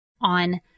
on